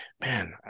man